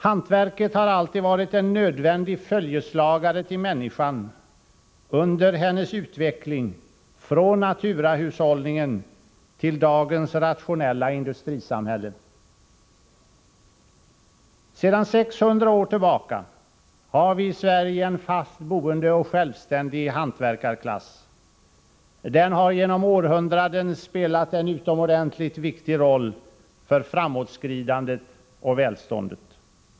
Hantverket har alltid varit en nödvändig följeslagare till människan, under hennes utveckling från naturahushållningen till dagens rationella industrisamhälle. Sedan 600 år tillbaka har vi i Sverige en fast boende och självständig hantverkarklass. Den har genom århundraden spelat en utomordentligt viktig roll för framåtskridandet och välståndet.